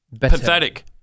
Pathetic